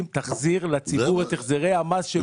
תחזיר לציבור את החזרי המס שמגיע לו.